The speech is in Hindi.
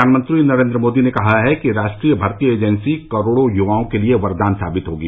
प्रधानमंत्री नरेंद्र मोदी ने कहा है कि राष्ट्रीय भर्ती एजेंसी करोडों युवाओं के लिए वरदान साबित होगी